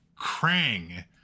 Krang